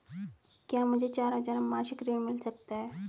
क्या मुझे चार हजार मासिक ऋण मिल सकता है?